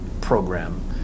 program